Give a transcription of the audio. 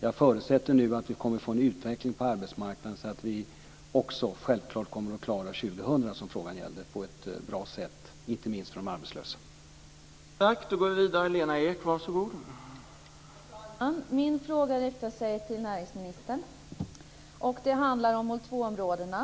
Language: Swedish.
Jag förutsätter nu att det blir en utveckling på arbetsmarknaden så att vi också kommer att klara 2000 - som frågan gällde - på ett bra sätt, inte minst för de arbetslösas skull.